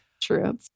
True